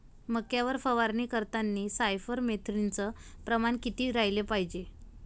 मक्यावर फवारनी करतांनी सायफर मेथ्रीनचं प्रमान किती रायलं पायजे?